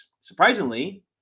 Surprisingly